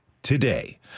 today